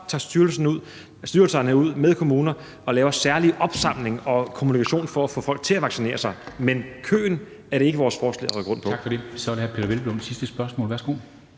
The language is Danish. tager styrelserne ud med kommuner og laver særlig opsamling og kommunikation for at få folk til at vaccinere sig. Men køen er det ikke vores forslag at rykke rundt på.